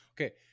Okay